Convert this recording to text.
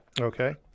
Okay